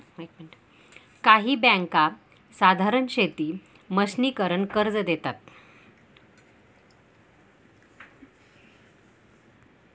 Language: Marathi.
काही बँका साधारण शेती मशिनीकरन कर्ज देतात